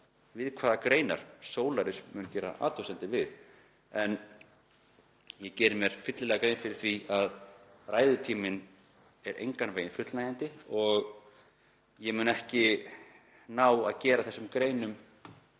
við hvaða greinar Solaris mun gera athugasemdir, en ég geri mér líka fyllilega grein fyrir því að ræðutíminn er engan veginn fullnægjandi og ég mun ekki ná að gera þessum greinum